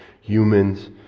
humans